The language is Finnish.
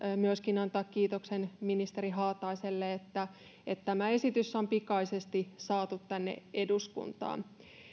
myöskin antaa kiitoksen ministeri haataiselle että että tämä esitys on pikaisesti saatu tänne eduskuntaan